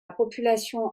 population